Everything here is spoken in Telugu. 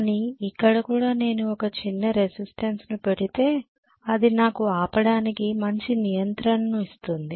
కానీ ఇక్కడ కూడా నేను ఒక చిన్న రెసిస్టెన్స్ ను పెడితే అది నాకు ఆపడానికి మంచి నియంత్రణను ఇస్తుంది